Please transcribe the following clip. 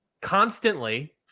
constantly